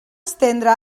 estendre